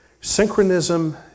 Synchronism